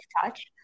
touch